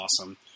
awesome